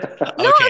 Okay